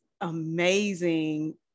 amazing